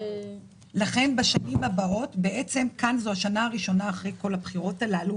כאן זו השנה הראשונה אחרי כל הבחירות האלו